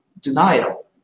denial